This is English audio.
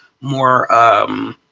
more